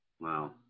Wow